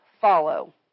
follow